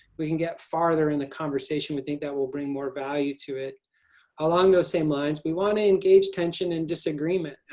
we can get farther in the conversation. i think that will bring more value to it along those same lines. we want to engage tension and disagreement.